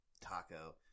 taco